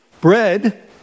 Bread